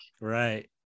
right